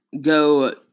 go